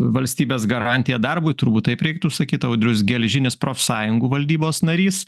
valstybės garantiją darbui turbūt taip reiktų sakyt audrius gelžinis profsąjungų valdybos narys